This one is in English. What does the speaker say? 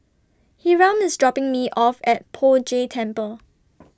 Hiram IS dropping Me off At Poh Jay Temple